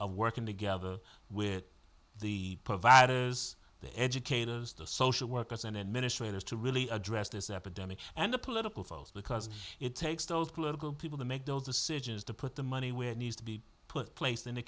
of working together with the providers the educators the social workers and administrators to really address this epidemic and the political falls because it takes those political people to make those decisions to put the money where it needs to be put placed in the